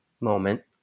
moment